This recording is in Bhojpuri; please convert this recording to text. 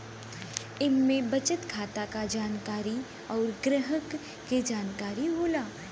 इम्मे बचत खाता क जानकारी अउर ग्राहक के जानकारी होला